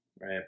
right